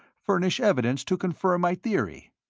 furnish evidence to confirm my theory.